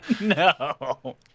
no